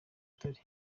butare